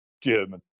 German